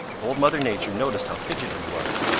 old mother nature noticed how fidgety he was.